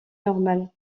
normale